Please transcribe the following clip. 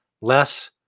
Less